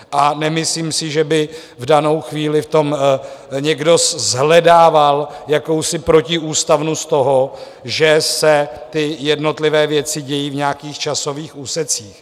A nemyslím si, že by v danou chvíli někdo shledával jakousi protiústavnost toho, že se jednotlivé věci dějí v nějakých časových úsecích.